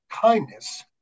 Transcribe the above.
kindness